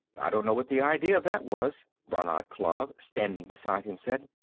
i don't know what the idea of that was, brannad klav, standing beside him, said.